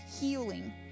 healing